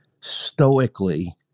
stoically